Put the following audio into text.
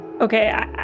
Okay